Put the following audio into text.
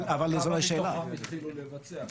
כמה מתוכם התחילו לבצע?